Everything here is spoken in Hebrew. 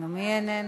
גם היא איננה.